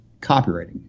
copywriting